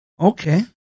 okay